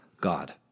God